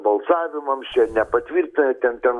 balsavimams čia nepatvirtina ten ten